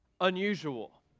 unusual